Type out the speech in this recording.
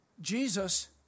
Jesus